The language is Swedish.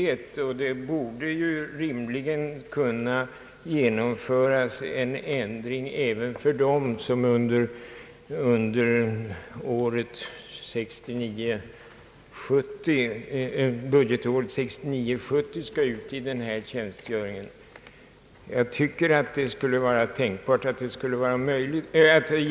En ändring borde dock rimligen kunna genomföras även för dem som skall fullgöra den här tjänstgöringen under budgetåret 1969/70.